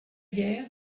guerre